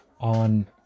on